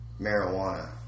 marijuana